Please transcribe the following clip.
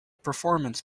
performance